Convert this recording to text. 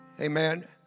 amen